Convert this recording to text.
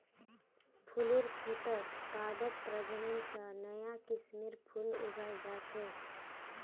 फुलेर खेतत पादप प्रजनन स नया किस्मेर फूल उगाल जा छेक